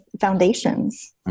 foundations